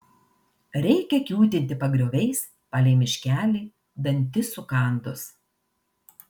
reikia kiūtinti pagrioviais palei miškelį dantis sukandus